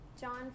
John